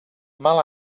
mal